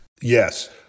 Yes